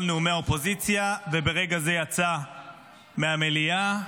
נאומי האופוזיציה וברגע זה יצאה מהמליאה.